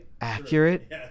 accurate